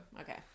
Okay